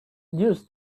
news